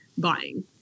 buying